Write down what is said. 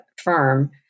firm